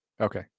Okay